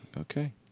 Okay